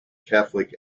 catholic